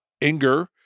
Inger